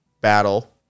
battle